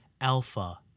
Alpha